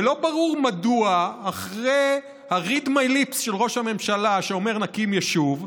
ולא ברור מדוע אחרי ה-read my lips של ראש הממשלה שאומר: נקים יישוב,